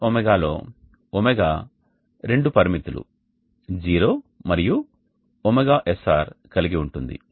Sin ω లో ω రెండు పరిమితులు 0 మరియు ωSR కలిగి ఉంటుంది